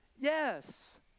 Yes